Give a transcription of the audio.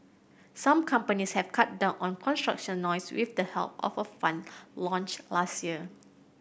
some companies have cut down on construction noise with the help of a fund launched last year